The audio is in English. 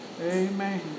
Amen